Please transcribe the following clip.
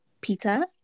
Peter